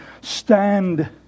stand